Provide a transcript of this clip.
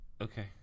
Okay